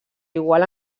igual